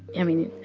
i mean,